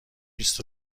بیست